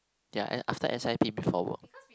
ya and after S_I_P before work